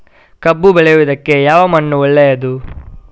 ಕಬ್ಬು ಬೆಳೆಯುವುದಕ್ಕೆ ಯಾವ ಮಣ್ಣು ಒಳ್ಳೆಯದು?